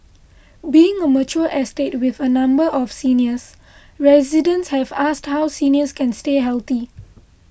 being a mature estate with a number of seniors residents have asked how seniors can stay healthy